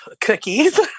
cookies